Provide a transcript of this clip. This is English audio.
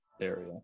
area